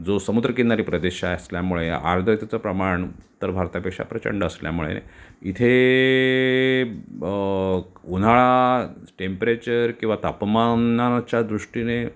जो समुद्रकिनारी प्रदेश असल्यामुळे आर्द्रतेचं प्रमाण उत्तर भारतापेक्षा प्रचंड असल्यामुळे इथे उन्हाळा टेंप्रेचर किंवा तापमानाच्या दृष्टीने